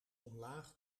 omlaag